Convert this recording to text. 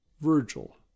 Virgil